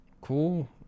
Cool